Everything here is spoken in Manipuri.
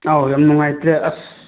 ꯑꯧ ꯌꯥꯝ ꯅꯨꯡꯉꯥꯏꯇ꯭ꯔꯦ ꯑꯁ